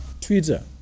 twitter